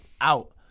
Out